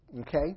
Okay